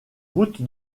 route